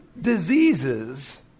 diseases